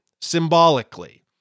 symbolically